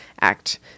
act